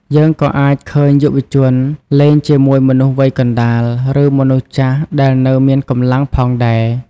យើងក៏អាចឃើញយុវជនលេងជាមួយមនុស្សវ័យកណ្តាល ឬមនុស្សចាស់ដែលនៅមានកម្លាំងផងដែរ។